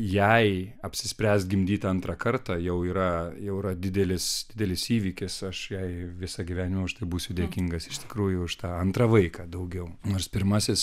jai apsispręst gimdyti antrą kartą jau yra jau yra didelis didelis įvykis aš jai visą gyvenimą už tai būsiu dėkingas iš tikrųjų už tą antrą vaiką daugiau nors pirmasis